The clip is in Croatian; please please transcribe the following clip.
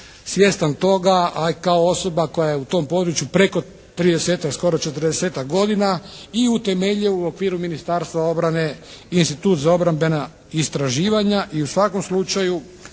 svjestan toga, a kao osoba koja je u tom području preko 30-tak, skoro 40-tak godina i utemeljio u okviru Ministarstva obrane institut za obrambena istraživanja i u svakom slučaju